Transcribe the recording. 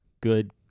good